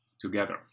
together